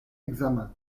examen